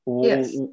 Yes